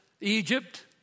Egypt